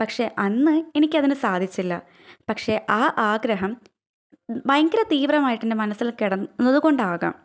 പക്ഷെ അന്ന് എനിക്കതിനു സാധിച്ചില്ല പക്ഷെ ആ ആഗ്രഹം ഭയങ്കര തീവ്രമായിട്ടെൻ്റെ മനസ്സിൽ കിടന്നതു കൊണ്ടാകാം